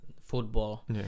football